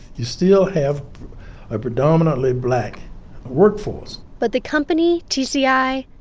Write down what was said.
you still have a predominantly black workforce but the company, tci,